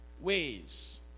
ways